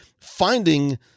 finding